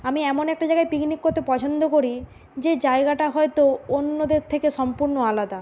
আমি এমন একটা জায়গায় পিকনিক করতে পছন্দ করি যে জায়গাটা হয়তো অন্যদের থেকে সম্পূর্ণ আলাদা